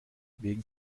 wegen